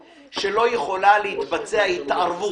רק אם תוכלי להסביר למה --- עשינו את התיקון